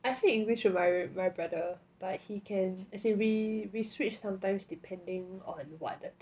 I speak english with my my brother but he can as in we we switch sometimes depending on what the